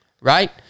right